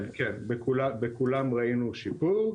כן, בכולן ראינו שיפור.